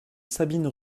sabine